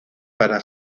para